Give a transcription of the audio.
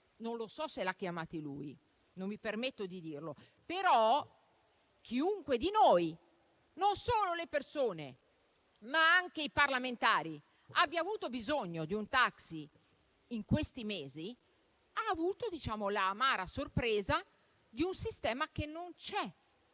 non so se li ha chiamati lui, non mi permetto di dirlo, però chiunque di noi, non solo cittadini, ma anche parlamentari, abbia avuto bisogno di un taxi in questi mesi, ha avuto l'amara sorpresa di un sistema che non c'è,